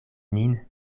min